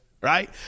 right